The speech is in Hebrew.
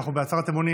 אנחנו בהצהרת אמונים,